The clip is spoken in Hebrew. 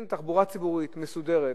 תחבורה ציבורית מסודרת.